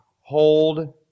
hold